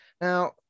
Now